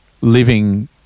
living